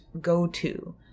go-to